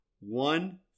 one